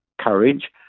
courage